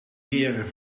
meer